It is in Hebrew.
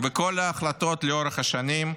וכל ההחלטות לאורך השנים,